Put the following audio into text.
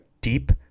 deep